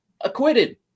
acquitted